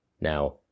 Now